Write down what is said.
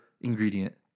ingredient